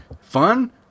fun